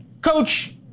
Coach